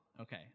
Okay